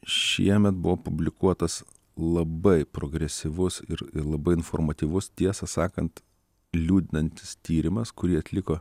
šiemet buvo publikuotas labai progresyvus ir labai informatyvus tiesą sakant liūdinantis tyrimas kurį atliko